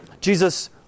Jesus